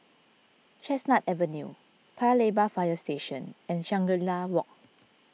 Chestnut Avenue Paya Lebar Fire Station and Shangri La Walk